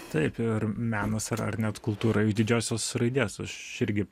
taip ir menas ar ar net kultūra iš didžiosios raidės aš irgi